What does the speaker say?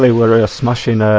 were a smashing ah